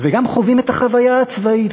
וגם חווים את החוויה הצבאית.